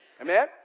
Amen